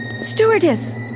Stewardess